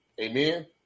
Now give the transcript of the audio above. Amen